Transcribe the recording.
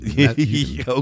okay